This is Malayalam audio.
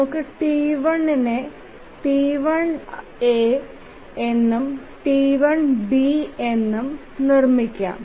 നമുക്ക് T1 നെ T1 ആ എന്നും T1b എന്നും നിർമ്മിക്കാം